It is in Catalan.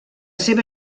seva